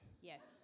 Yes